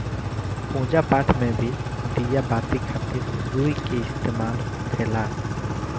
पूजा पाठ मे भी दिया बाती खातिर रुई के इस्तेमाल होखेला